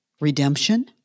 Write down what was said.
redemption